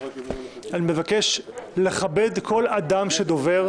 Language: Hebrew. אני מבקש לכבד כל אדם שדובר.